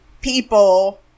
people